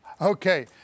Okay